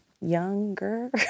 younger